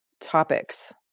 topics